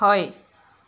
হয়